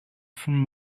from